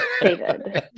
David